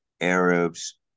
Arabs